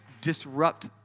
disrupt